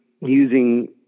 using